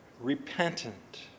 repentant